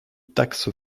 taxe